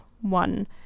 one